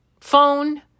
Phone